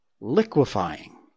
liquefying